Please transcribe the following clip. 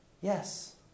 Yes